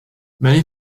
many